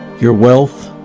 your wealth,